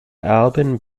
alban